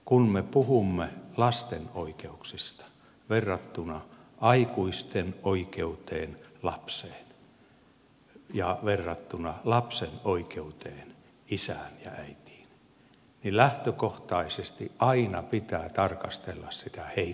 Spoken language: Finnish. kun me puhumme lasten oikeuksista verrattuna aikuisten oikeuteen lapseen ja verrattuna lapsen oikeuteen isään ja äitiin niin lähtökohtaisesti aina pitää tarkastella sitä heikomman oikeutta ja se on vahvempi